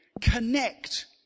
connect